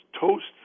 toasts